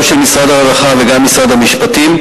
גם של משרד הרווחה וגם של משרד המשפטים,